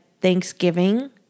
Thanksgiving